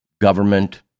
government